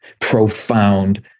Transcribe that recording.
profound